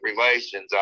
relations